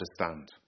understand